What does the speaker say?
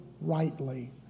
rightly